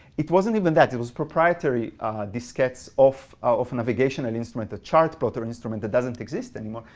it wasn't even that. it was proprietary diskettes of of navigational instrument, the chartplotter instrument that doesn't exist anymore.